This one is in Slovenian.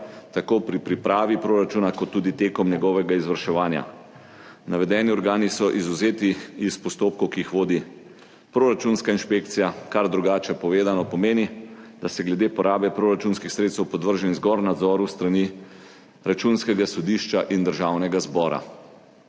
tako pri pripravi proračuna kot tudi med njegovim izvrševanjem. Navedeni organi so izvzeti iz postopkov, ki jih vodi proračunska inšpekcija, kar drugače povedano pomeni, da so glede porabe proračunskih sredstev podvrženi zgolj nadzoru s strani Računskega sodišča in Državnega zbora.